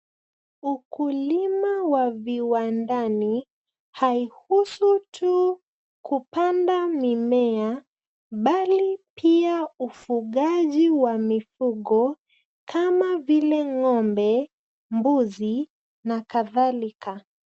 Ukulima wa viwandani haihusu tu kupanda mimea bali pia ufugaji wa mifugo, kama vile ngombe, mbuzi, na kadhalika.